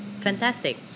Fantastic